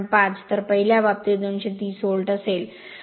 5 तर पहिल्या बाबतीत 230 व्होल्ट असेल